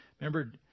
Remember